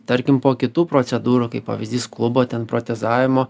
tarkim po kitų procedūrų kaip pavyzdys klubo ten protezavimo